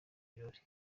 birori